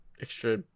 extra